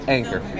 Anchor